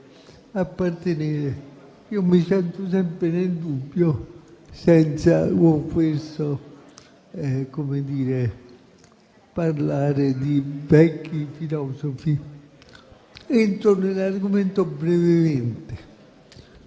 appartenere. Io mi sento sempre nel dubbio, senza con questo parlare di vecchi filosofi. Entro nell'argomento brevemente.